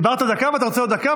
דיברת דקה ואתה רוצה עוד דקה,